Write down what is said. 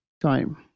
time